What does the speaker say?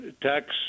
tax